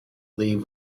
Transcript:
leave